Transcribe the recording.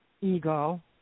ego